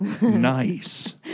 Nice